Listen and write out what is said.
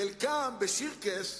חלקם ב"שירקס"